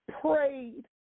prayed